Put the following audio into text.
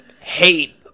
hate